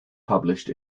published